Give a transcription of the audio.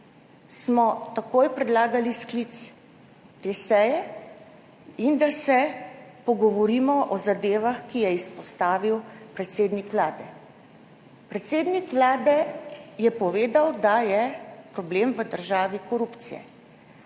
smo takoj predlagali sklic te seje in da se pogovorimo o zadevah, ki jih je izpostavil predsednik Vlade. Predsednik Vlade je povedal, da je problem v državi korupcije.